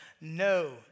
no